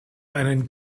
einen